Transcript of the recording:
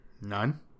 None